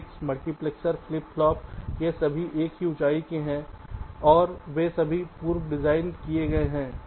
gets multiplexers flip flop यह सभी एक ही ऊंचाइयों के हैं और वे सभी पूर्व डिज़ाइन किए गए हैं